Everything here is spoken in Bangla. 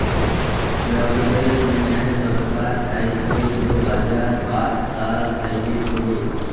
লকদের জ্যনহে সরকার থ্যাইকে দু হাজার পাঁচ সাল থ্যাইকে শুরু